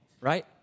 right